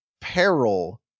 peril